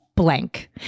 blank